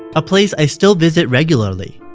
a place i still visit regularly.